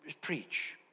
preach